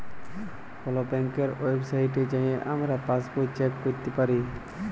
call ব্যাংকের ওয়েবসাইটে যাঁয়ে আমরা পাসবই চ্যাক ক্যইরতে পারি